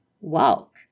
Walk